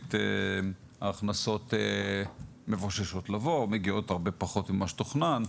שנית ההכנסות מבוששות לבוא או מגיעות הרבה פחות ממה שתוכנן,